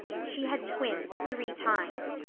she had twins three times.